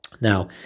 Now